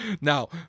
now